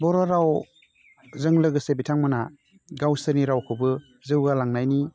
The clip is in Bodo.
बर' रावजों लोगोसे बिथांमोनहा गावसोरनि रावखौबो जौगालांनायनि